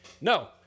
No